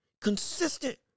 consistent